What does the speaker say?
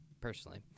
personally